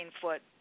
foot